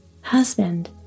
Husband